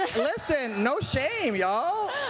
no shame, y'all.